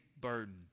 burden